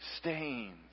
stains